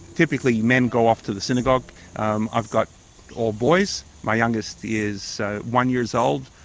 typically men go off to the synagogue. um i've got all boys, my youngest is so one-years-old,